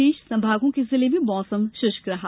शेष संमागों के जिलों में मौसम शृष्क रहा